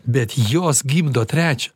bet jos gimdo trečią